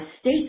state